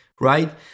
right